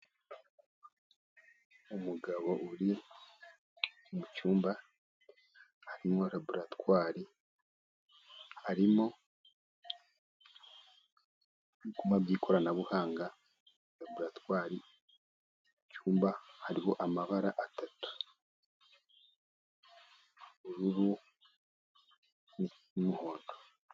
Umugabo uri mu cyumba harimo laboratwari, harimo ibyuma by'ikoranabuhanga laboratwari, mu cyumba hariho amabara atatu, ubururu n'umuhondo.